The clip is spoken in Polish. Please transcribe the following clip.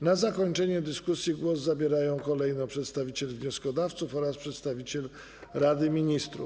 Na zakończenie dyskusji głos zabierają kolejno przedstawiciel wnioskodawców oraz przedstawiciel Rady Ministrów.